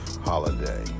holiday